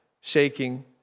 shaking